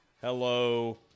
Hello